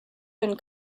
been